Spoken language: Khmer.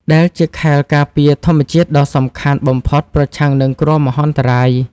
ដែលជាខែលការពារធម្មជាតិដ៏សំខាន់បំផុតប្រឆាំងនឹងគ្រោះមហន្តរាយ។